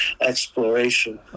exploration